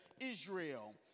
Israel